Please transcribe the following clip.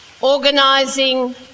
Organising